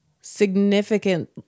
significant